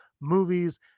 movies